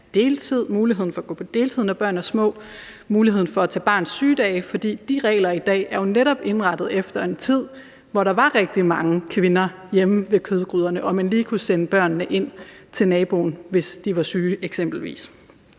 muligheden for at gå på deltid, når børnene er små, og om muligheden for at tage barns sygedage, fordi de regler, der er i dag, er jo netop indrettet efter en tid, hvor der var rigtig mange kvinder hjemme ved kødgryderne, og man lige kunne sende børnene ind til naboen, hvis de eksempelvis